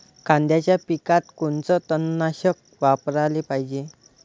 कांद्याच्या पिकात कोनचं तननाशक वापराले पायजे?